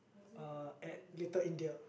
uh at Little-India